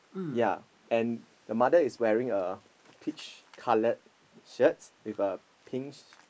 ya and the mother is wearing a peach coloured shirt with a pink